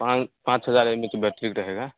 पाँच पाँच हजार एम एच बैट्री का रहेगा